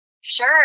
Sure